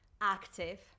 active